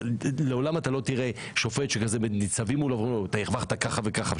לעולם לא תראה שופט שניצבים מולו ואומרים לו: הרווחת ככה וככה,